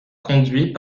conduits